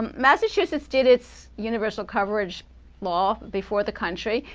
um massachusetts did its universal coverage law before the country.